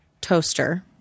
toaster